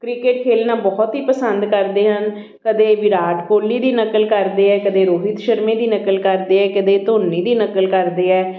cricket ਖੇਡਣਾ ਬਹੁਤ ਹੀ ਪਸੰਦ ਕਰਦੇ ਹਨ ਕਦੇ ਵਿਰਾਟ ਕੋਹਲੀ ਦੀ ਨਕਲ ਕਰਦੇ ਹੈ ਕਦੇ ਰੋਹਿਤ ਸ਼ਰਮੇ ਦੀ ਨਕਲ ਕਰਦੇ ਹੈ ਕਦੇ ਧੋਨੀ ਦੀ ਨਕਲ ਕਰਦੇ ਹੈ